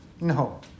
No